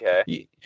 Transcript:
Okay